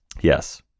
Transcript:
Yes